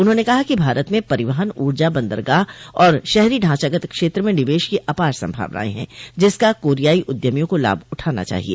उन्होंने कहा कि भारत में परिवहन ऊर्जा बंदरगाह और शहरी ढांचागत क्षेत्र में निवेश की अपार संभावनाएं हैं जिसका कोरियाई उद्यमियों को लाभ उठाना चाहिए